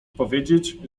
powiedzieć